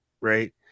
right